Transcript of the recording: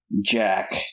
Jack